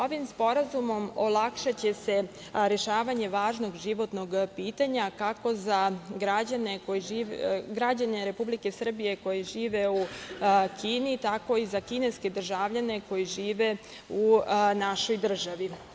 Ovim sporazumom olakšaće se rešavanje važnog životnog pitanja, kako za građane Republike Srbije koji žive u Kini, tako i za kineske državljane koji žive u našoj državi.